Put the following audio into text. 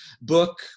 book